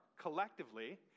collectively